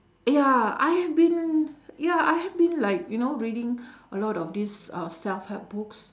ya I have been ya I have been like you know reading a lot of these uh self-help books